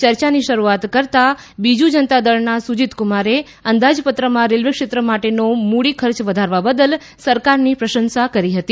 ચર્ચાની શરૂઆત કરતાં બીજુ જનતા દળના સૂજીત કુમારે અંદાજ પત્રમાં રેલવે ક્ષેત્ર માટેનો મૂડી ખર્ચ વધારવા બદલ સરકારની પ્રશંસા કરી હતી